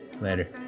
Later